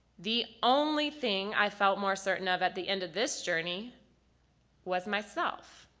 the only thing i felt more certain of at the end of this journey was myself.